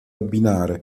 abbinare